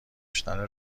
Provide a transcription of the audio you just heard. شدن